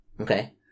Okay